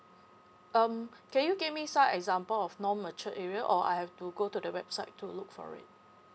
um can you give me so example of non matured area or I have to go to the website to look for it